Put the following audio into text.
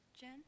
jen